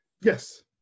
Yes